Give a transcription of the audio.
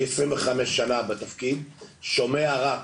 אני 25 שנה בתפקיד, שומע רק,